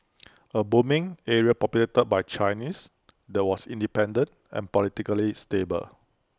A booming area populated by Chinese that was independent and politically stable